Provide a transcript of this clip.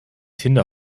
tinder